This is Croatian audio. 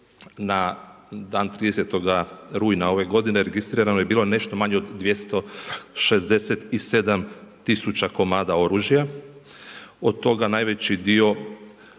Na dan 30. rujna ove godine registrirano je bilo nešto manje od 267 tisuća komada oružja. Od toga najveći dio